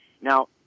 Now